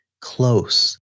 close